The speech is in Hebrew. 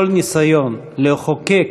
כל ניסיון, לחוקק,